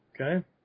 okay